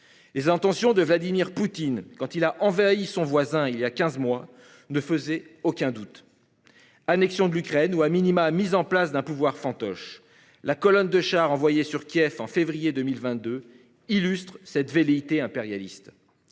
Les intentions de Vladimir Poutine quand il a envahi son voisin. Il y a 15 mois ne faisait aucun doute. Annexion de l'Ukraine ou a minima, mise en place d'un pouvoir fantoche, la colonne de chars envoyés sur Kiev en février 2022 illustrent cette velléités impérialistes.